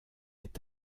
est